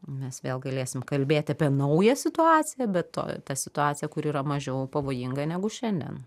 mes vėl galėsim kalbėt apie naują situaciją be to ta situacija kuri yra mažiau pavojinga negu šiandien